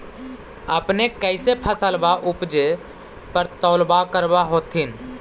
अपने कैसे फसलबा उपजे पर तौलबा करबा होत्थिन?